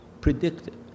predicted